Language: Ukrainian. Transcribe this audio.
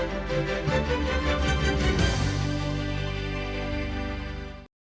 Дякую.